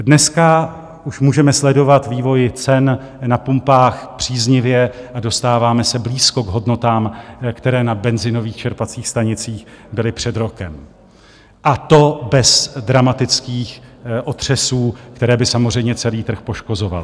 Dneska už můžeme sledovat vývoj cen na pumpách příznivě a dostáváme se blízko k hodnotám, které na benzinových čerpacích stanicích byly před rokem, a to bez dramatických otřesů, které by samozřejmě celý trh poškozovaly.